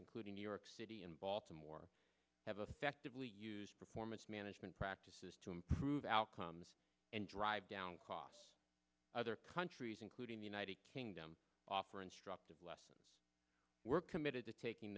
including new york city and baltimore have affectively use performance management practices to improve outcomes and drive down costs other countries including the united kingdom offer instructive lessons we're committed to taking